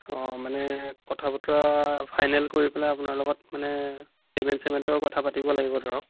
অঁ মানে কথা বতৰা ফাইনেল কৰি পেলাই আপোনাৰ লগত মানে পেইমেণ্ট চেইমেণ্টৰ কথা পাতিব লাগিব ধৰক